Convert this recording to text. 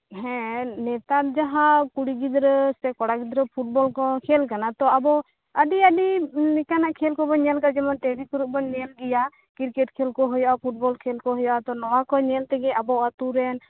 ᱦᱮᱸ ᱱᱮᱛᱟᱨ ᱡᱟᱦᱟᱸ ᱠᱩᱲᱤ ᱜᱤᱫᱽᱨᱟ ᱥᱮ ᱠᱚᱲᱟ ᱜᱤᱫᱽᱨᱟ ᱯᱷᱩᱴᱵᱚᱞ ᱠᱚ ᱠᱷᱮᱞ ᱠᱟᱱᱟ ᱛᱚ ᱟᱵᱚ ᱟᱹᱰᱤ ᱟᱹᱰᱤ ᱞᱮᱠᱟᱱᱟᱜ ᱠᱷᱮᱞ ᱠᱚᱵᱚ ᱧᱮᱞᱟᱠᱟᱫᱟ ᱡᱮᱢᱚᱱ ᱴᱤᱵᱷᱤ ᱠᱚᱨᱮᱵᱚᱱ ᱧᱮᱞᱜᱮᱭᱟ ᱠᱨᱤᱠᱮᱴ ᱠᱷᱮᱞ ᱠᱚ ᱦᱩᱭᱩᱜ ᱟ ᱯᱷᱩᱴᱵᱚᱞ ᱠᱷᱮᱞ ᱠᱚ ᱦᱩᱭᱩᱜ ᱟ ᱛᱚ ᱱᱚᱶᱟ ᱠᱚ ᱧᱮᱞᱛᱮᱜᱮ ᱟᱵᱚ ᱟᱛᱳᱨᱮᱱ